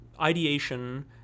ideation